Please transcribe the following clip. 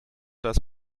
das